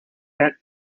bent